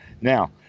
Now